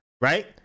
Right